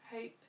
hope